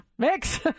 Mix